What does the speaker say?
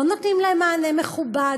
לא נותנים להם מענה מכובד.